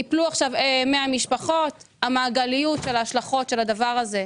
ייפלו עכשיו 100 משפחות ויש מעגליות של ההשלכות של הדבר הזה,